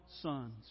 sons